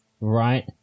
right